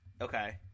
Okay